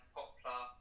Poplar